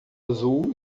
azul